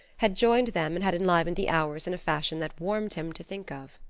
had joined them and had enlivened the hours in a fashion that warmed him to think of.